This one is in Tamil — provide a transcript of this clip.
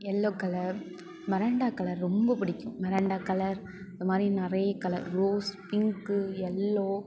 எல்லோ கலர் மெரண்டா கலர் ரொம்ப பிடிக்கும் மெரண்டா கலர் இதை மாதிரி நிறைய கலர் ரோஸ் பிங்க்கு எல்லோ